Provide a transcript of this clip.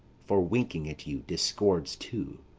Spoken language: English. for winking at you, discords too,